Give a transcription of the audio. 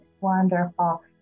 Wonderful